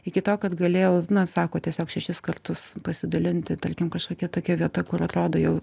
iki to kad galėjau na sako tiesiog šešis kartus pasidalinti tarkim kažkokia tokia vieta kur atrodo jau